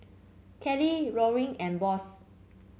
Kelly Loring and Boss